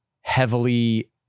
heavily